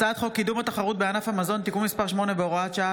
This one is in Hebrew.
הצעת חוק קידום התחרות בענף המזון (תיקון מס' 8 והוראת שעה),